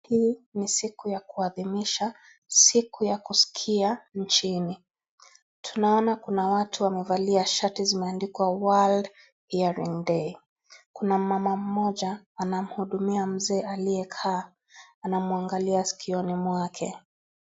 Hii ni siku ya kuadhimisha siku ya kusikia nchini. Tunaona kuna watu wamevalia shati zenye zimeandikwa world hearing day . Kuna mama mmoja anamhudumia mzee aliyekaa. Anamwangalia sikioni mwake.